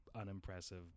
unimpressive